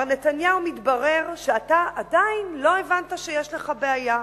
מר נתניהו, מתברר שאתה עדיין לא הבנת שיש לך בעיה,